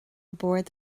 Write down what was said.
bord